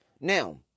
Now